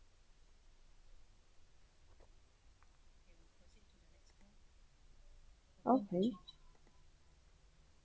okay